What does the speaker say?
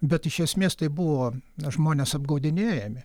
bet iš esmės tai buvo žmonės apgaudinėjami